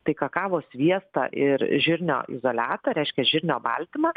tai kakavos sviestą ir žirnio izoliatą reiškia žirnio baltymą